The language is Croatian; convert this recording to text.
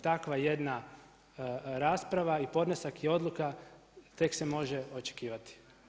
Takva jedna rasprava i podnesak je odluka, tek se može odlučivati.